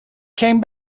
came